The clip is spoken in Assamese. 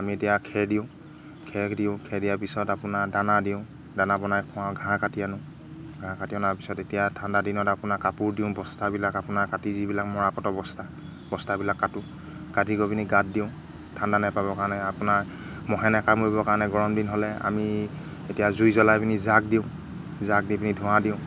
আমি এতিয়া খেৰ দিওঁ খেৰ দিওঁ খেৰ দিয়াৰ পিছত আপোনাৰ দানা দিওঁ দানা বনাই খোৱাও ঘাঁহ কাটি আনো ঘাঁহ কাটি আনাৰ পিছত এতিয়া ঠাণ্ডা দিনত আপোনাৰ কাপোৰ দিওঁ বস্তাবিলাক আপোনাৰ কাটি যিবিলাক মৰাপতৰ বস্তা বস্তাবিলাক কাটো কাটি গৈ পিনি গাত দিওঁ ঠাণ্ডা নাপাবৰ কাৰণে আপোনাৰ ম'হে নাকামুৰিবৰ কাৰণে গৰম দিন হ'লে আমি এতিয়া জুই জ্বলাই পিনি জাক দিওঁ জাক দি পিনি ধোঁৱা দিওঁ